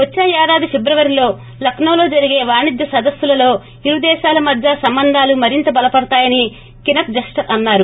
వచ్చే ఏడాది పిబ్రవరిలో లక్నో లో జరిగే వాణిజ్య సదస్సులతో ఇరు దేశాల మద్య సంబంధాలు మరింత బలపడతాయని కినత్ జస్షర్ అన్సారు